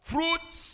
Fruits